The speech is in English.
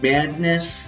Madness